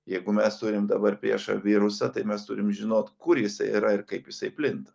jeigu mes turim dabar priešą virusą tai mes turim žinot kur jisai yra ir kaip jisai plinta